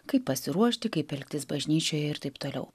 kaip pasiruošti kaip elgtis bažnyčioje ir taip toliau